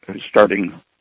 starting